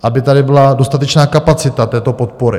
Aby tady byla dostatečná kapacita této podpory.